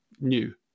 new